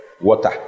water